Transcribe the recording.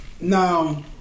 Now